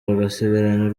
bagasigarana